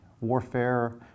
warfare